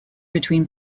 between